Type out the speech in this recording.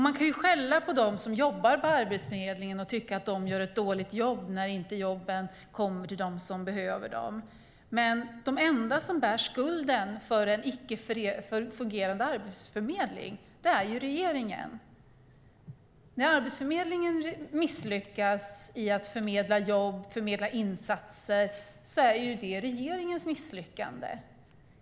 Man kan skälla på dem som jobbar på Arbetsförmedlingen och tycka att de gör ett dåligt arbete när jobben inte kommer till dem som behöver dem. Men de enda som bär skulden för en icke fungerande arbetsförmedling är regeringen. När Arbetsförmedlingen misslyckas med att förmedla jobb och insatser är det regeringens misslyckande.